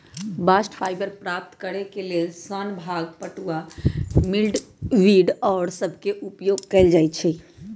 bast fibre प्राप्त करेके लेल सन, भांग, पटूआ, मिल्कवीड आउरो सभके उपयोग कएल जाइ छइ